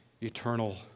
eternal